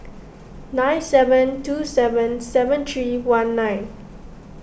nine seven two seven seven three one nine